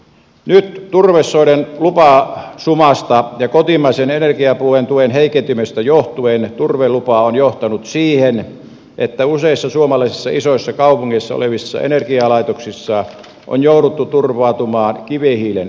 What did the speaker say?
nyt turvesoiden lupasumasta ja kotimaisen energiapuutuen heikentymisestä johtuen turvelupa on johtanut siihen että useissa suomalaisissa isoissa kaupungeissa olevissa energialaitoksissa on jouduttu turvautumaan kivihiilen polttamiseen